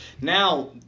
Now